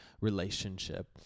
relationship